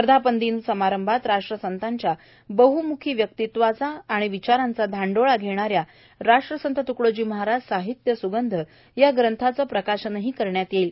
वर्धापन दिन समारंभात राष्ट्रसंतांच्या बहम्खी व्यक्तित्त्वाचा व विचारांचा धांडोळा घेणाऱ्या राष्ट्रसंत त्कडोजी महाराज साहित्यस्गंध या ग्रंथाचेही प्रकाशन करण्यात येईल